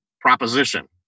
proposition